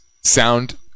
sound